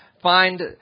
find